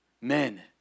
Men